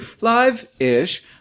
live-ish